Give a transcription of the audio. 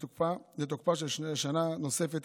לתקופה של שנה נוספת,